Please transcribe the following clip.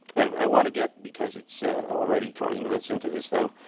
and i want to get because it's already twenty minutes into this thing,